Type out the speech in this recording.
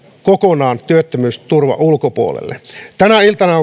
kokonaan työttömyysturvan ulkopuolella tänä iltana